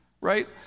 right